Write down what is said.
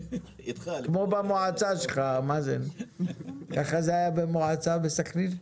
כמו במועצה שלך, מאזן, ככה זה היה במועצה בסכנין?